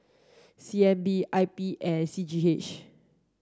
C N B I P and C G H